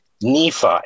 nephi